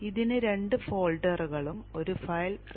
ഇതിന് രണ്ട് ഫോൾഡറുകളും ഒരു ഫയൽ readme